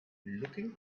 looking